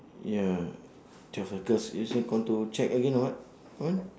ya just circle you also want to check again or what want